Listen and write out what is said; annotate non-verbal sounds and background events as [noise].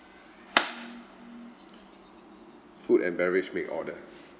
[noise] food and beverage make order